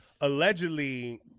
allegedly